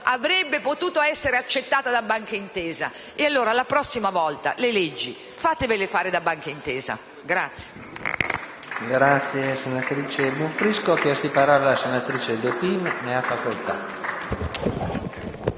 avrebbe potuto essere accettata da Banca Intesa. E allora la prossima volta le leggi fatevele fare da Banca Intesa!